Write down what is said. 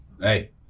hey